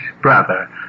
brother